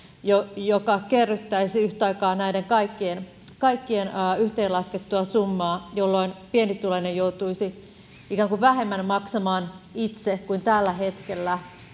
joka kerryttäisi yhtä aikaa näiden kaikkien kaikkien yhteenlaskettua summaa jolloin pienituloinen joutuisi ikään kuin vähemmän maksamaan itse kuin tällä hetkellä